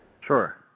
Sure